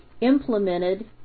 implemented